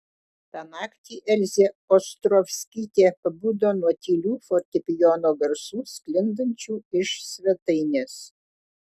tą naktį elzė ostrovskytė pabudo nuo tylių fortepijono garsų sklindančių iš svetainės